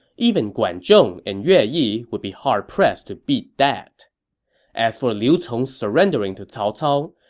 even guan zhong and yue yi would be hard-pressed to beat that as for liu cong's surrendering to cao cao,